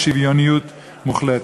בשוויוניות מוחלטת.